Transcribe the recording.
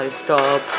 stop